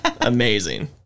amazing